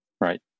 right